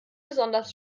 besonders